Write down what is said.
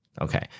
Okay